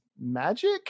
magic